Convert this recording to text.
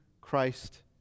Christ